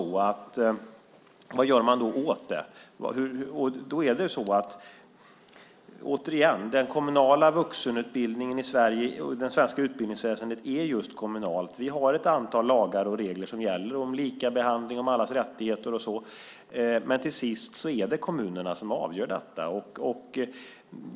Vad gör man då åt det? Återigen: Den kommunala vuxenutbildningen i Sverige och det svenska utbildningsväsendet är just kommunala. Vi har ett antal lagar och regler om likabehandling, allas rättigheter och så vidare, men till sist är det kommunerna som avgör detta.